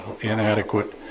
inadequate